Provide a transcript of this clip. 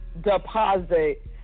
deposit